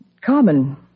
common